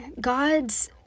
God's